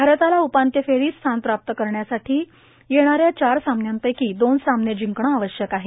भारताला उपांत्य फेरीत स्थान प्राप्त करण्यासाठी येणारे चार सामन्यापैकी दोन सामने जिंकणे आवश्यक आहे